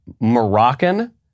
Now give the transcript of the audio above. Moroccan